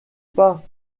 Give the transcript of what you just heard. pas